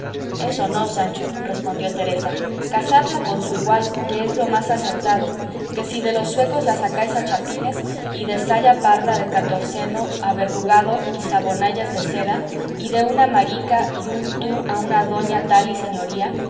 eso no sancho respondió teresa casadla con su igual que es lo más acertado que si de los zuecos la sacáis a chapines y de saya parda de catorceno a verdugado y saboyanas de seda y de una marica y un tú a una doña tal y señoría